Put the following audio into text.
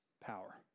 power